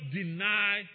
deny